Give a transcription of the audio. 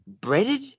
breaded